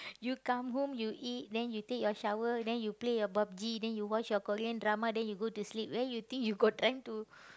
you come home you eat then you take your shower then you play your Pub-G then you watch your Korean drama then you go to sleep where you think you got time to